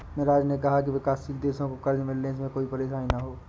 मिराज ने कहा कि विकासशील देशों को कर्ज मिलने में कोई परेशानी न हो